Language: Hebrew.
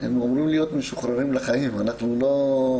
הם אמורים להיות משוחררים לחיים, אנחנו לא.